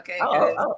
okay